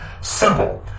Simple